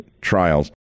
trials